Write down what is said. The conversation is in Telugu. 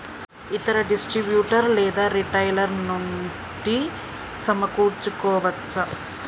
ఇతర డిస్ట్రిబ్యూటర్ లేదా రిటైలర్ నుండి సమకూర్చుకోవచ్చా?